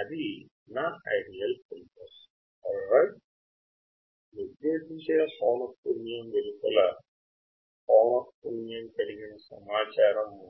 అది నా ideal filter అంటేరోజంతా నిర్దేశించబడిన పౌనఃపున్యాలను